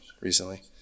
recently